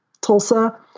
Tulsa